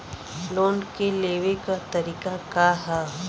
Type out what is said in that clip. Loan के लेवे क तरीका का ह?